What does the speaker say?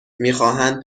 میخواهند